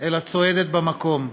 אלא צועדת במקום,